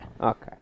Okay